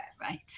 Right